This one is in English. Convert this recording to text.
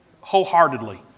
wholeheartedly